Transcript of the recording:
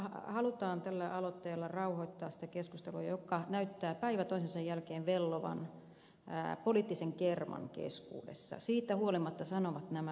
halutaan tällä aloitteella rauhoittaa sitä keskustelua joka näyttää päivä toisensa jälkeen vellovan poliittisen kerman keskuudessa siitä huolimatta sanovat nämä ed